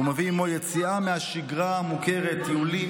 והוא מביא עימו יציאה מהשגרה המוכרת: טיולים,